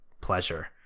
pleasure